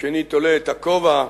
השני תולה את הכובע,